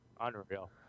Unreal